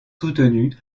soutenue